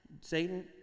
Satan